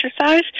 exercise